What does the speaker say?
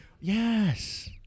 Yes